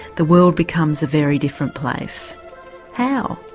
the world becomes a very different place how?